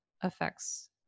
affects